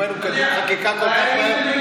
אם היינו מקדמים חקיקה כל כך מהר,